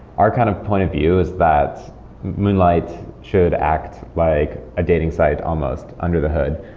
our kind of point of view is that moonlight should act like a dating site almost under the hood,